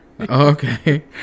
okay